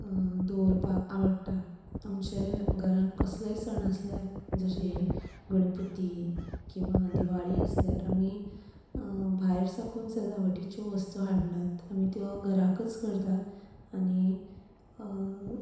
दवरपाक आवडटा आमचे घरांत कसलेय सण आसल्यार जशें गणपती किंवां दिवाळी आसल्यार आमी भायर साकून सजावटीच्यो वस्तूं हाडनात आमी त्यो घरांतच करतात आनी